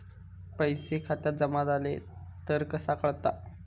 पैसे खात्यात जमा झाले तर कसा कळता?